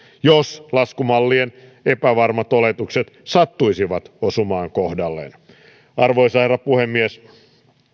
jos laskumallien epävarmat oletukset sattuisivat osumaan kohdilleen arvoisa herra puhemies